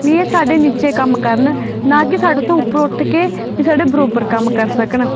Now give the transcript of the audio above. ਵੀ ਇਹ ਸਾਡੇ ਨੀਚੇ ਕੰਮ ਕਰਨ ਨਾ ਕਿ ਸਾਡੇ ਤੋਂ ਉੱਪਰ ਉੱਠ ਕੇ ਵੀ ਸਾਡੇ ਬਰਾਬਰ ਕੰਮ ਕਰ ਸਕਣ